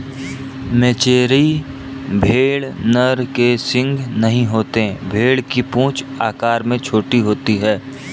मेचेरी भेड़ नर के सींग नहीं होंगे भेड़ की पूंछ आकार में छोटी होती है